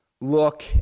look